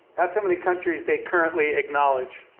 that's how many countries they currently acknowledge.